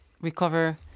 recover